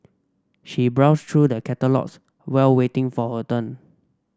she browsed through the catalogues while waiting for her turn